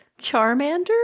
Charmander